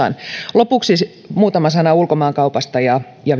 lopuksi muutama sana ulkomaankaupasta ja ja